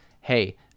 Hey